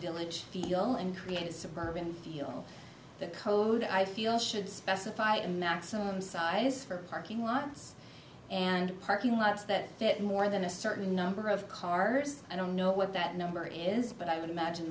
village feel and create a suburban feel the code i feel should specify a maximum size for parking lots and parking lots that fit more than a certain number of cars i don't know what that number is but i would imagine